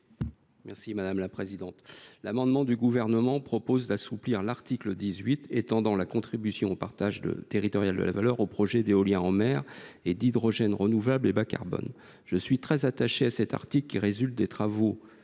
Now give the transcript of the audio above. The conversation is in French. l’avis de la commission ? L’amendement du Gouvernement propose d’assouplir l’article 18, qui étend la contribution au partage territorial de la valeur aux projets d’éolien en mer et à ceux d’hydrogène renouvelable et bas carbone. Je suis très attaché à cet article, qui résulte des travaux